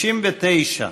69,